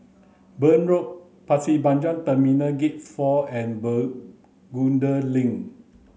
Burn Road Pasir Panjang Terminal Gate four and Bencoolen Link